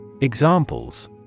Examples